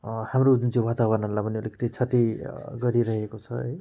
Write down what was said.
हाम्रो जुन चाहिँ वातावरणलाई पनि अलिकति क्षति गरिरहेको छ है